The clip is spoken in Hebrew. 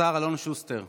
השר אלון שוסטר,